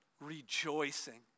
Rejoicing